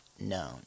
known